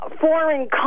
foreign